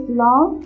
long